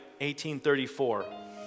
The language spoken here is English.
1834